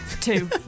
Two